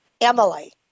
Emily